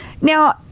Now